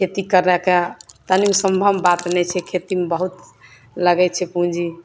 खेती करैके तनिओ सम्भव बात नहि छै खेतीमे बहुत लागै छै पूँजी